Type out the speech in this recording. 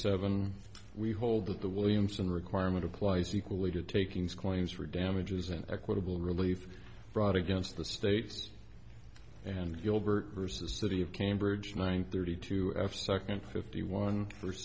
seven we hold that the williamson requirement applies equally to takings claims for damages in equitable relief brought against the states and gilbert versus city of cambridge nine thirty two f second fifty one f